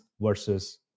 versus